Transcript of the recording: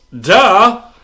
duh